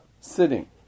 sitting